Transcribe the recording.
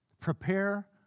Prepare